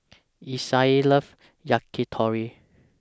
Isaiah loves Yakitori